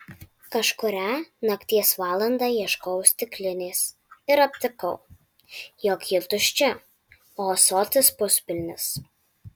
kažkurią nakties valandą ieškojau stiklinės ir aptikau jog ji tuščia o ąsotis puspilnis